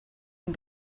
and